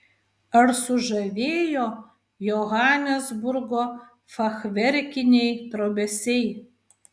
ar sužavėjo johanesburgo fachverkiniai trobesiai